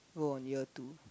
go on year two